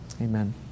Amen